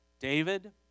David